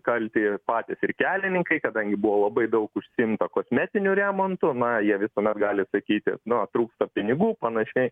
kalti ir patys ir kelininkai kadangi buvo labai daug užsiimta kosmetiniu remontu na jie visuomet gali sakyti na trūksta pinigų panašiai